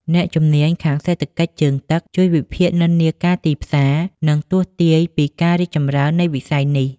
អ្នកជំនាញខាងសេដ្ឋកិច្ចជើងទឹក ជួយវិភាគនិន្នាការទីផ្សារ និងទស្សន៍ទាយពីការរីកចម្រើននៃវិស័យនេះ។